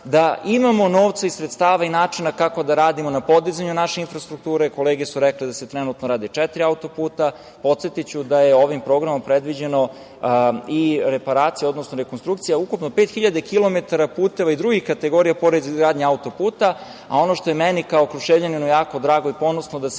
da imamo novca, sredstava i načina kako da radimo na podizanju naše infrastrukture, kolege su rekle da se trenutno rade četiri auto-puta, podsetiću da je ovim programom predviđeno i reparacija odnosno rekonstrukcija ukupno pet hiljade kilometara puteva i drugih kategorija, pored izgradnje auto-puta, a ono što je meni kao Kruševljaninu jako drago i ponosno da se